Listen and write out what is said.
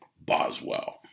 Boswell